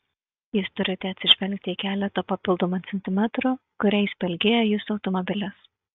jūs turite atsižvelgti į keletą papildomų centimetrų kuriais pailgėja jūsų automobilis